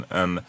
en